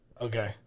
Okay